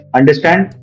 understand